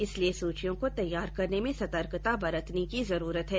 इसलिए सूचियों को तैयार करने में सतर्कता बरतने की जरूरत है